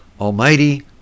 Almighty